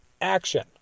action